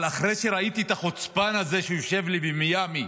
אבל אחרי שראיתי את החוצפן הזה שיושב לי במיאמי